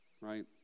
right